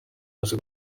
bose